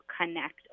connect